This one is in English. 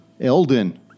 Elden